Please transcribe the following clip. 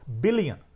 billion